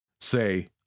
Say